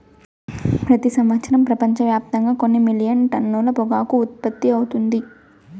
ప్రతి సంవత్సరం ప్రపంచవ్యాప్తంగా కొన్ని మిలియన్ టన్నుల పొగాకు ఉత్పత్తి అవుతుంది